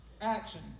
Action